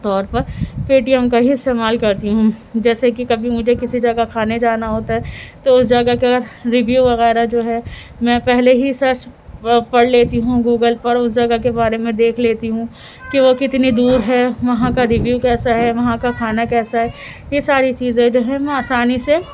طور پر Paytm کا ہی استعمال کرتی ہوں جیسے کہ کبھی مجھے کسی جگہ کھانے جانا ہوتا ہے تو اس جگہ کا ریویو وغیرہ جو ہے میں پہلے ہی سرچ پڑھ لیتی ہوں گوگل پر اس جگہ کے بارے میں دیکھ لیتی ہوں کہ وہ کتنی دور ہے وہاں کا ریویو کیسا ہے وہاں کا کھانا کیسا ہے یہ ساری چیزیں جو ہیں میں آسانی سے